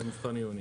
זה מבחן עיוני.